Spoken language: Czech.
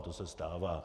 To se stává.